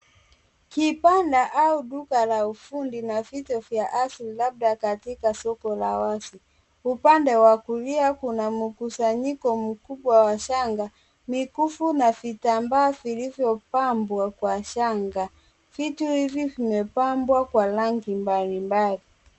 Kibanda au duka la ufundi na vito vya asili labda katika soko la wazi. Upande wa kulia kuna mkusanyiko mkubwa wa shanga, mikufu na vitambaa vilivyopambwa kwa shanga. Vitu hivi vimepambwa kwa rangi mbalimbali.